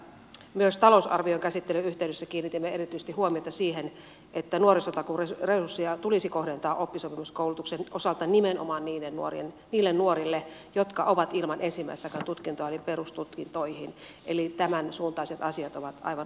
myös talousarvion käsittelyn yhteydessä kiinnitimme erityisesti huomiota siihen että nuorisotakuuresurssia tulisi kohdentaa oppisopimuskoulutuksen osalta nimenomaan niille nuorille jotka ovat ilman ensimmäistäkään tutkintoa eli perustutkintoihin eli tämänsuuntaiset asiat ovat aivan oikeita